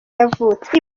yavutse